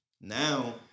now